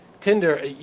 Tinder